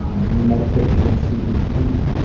ah medication and cbt